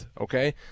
okay